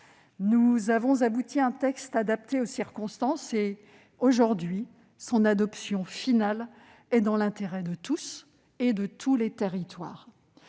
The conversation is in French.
Nous avons abouti à un texte adapté aux circonstances. Aujourd'hui, son adoption finale est dans l'intérêt de tous et de tous les territoires.